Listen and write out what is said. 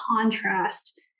contrast